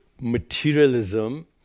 materialism